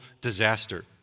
disaster